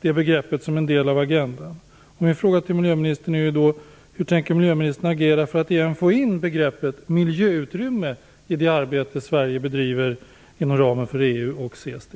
det begreppet som en del av agendan. Det gjorde man också vid Oslomötet, och såvitt jag begriper lyckades man ta bort det begreppet.